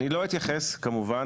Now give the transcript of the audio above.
אני לא אתייחס כמובן,